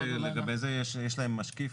רק לגבי זה, יש להם משקיף.